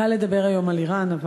קל לדבר היום על איראן,